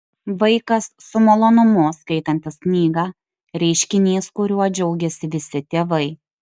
vaikas su malonumu skaitantis knygą reiškinys kuriuo džiaugiasi visi tėvai